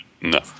No